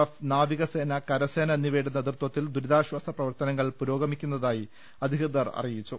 F നാവിക സേന കര സേന എന്നിവയുടെ നേതൃത്വത്തിൽ ദുരിതാശ്ചാസ പ്രവർത്തന ങ്ങൾ പുരോഗമിക്കുന്നതായി അധികൃതർ അറിയിച്ചു